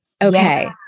Okay